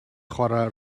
chwarae